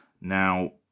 Now